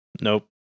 Nope